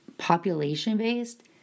population-based